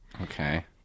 Okay